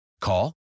Call